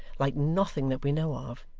like nothing that we know of,